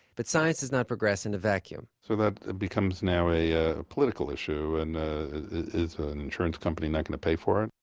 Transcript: but science does not progress in a vacuum so that becomes now a a political issue, and is an insurance company not going to pay for it?